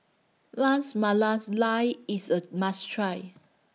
Ras IS A must Try